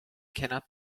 cannot